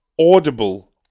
Audible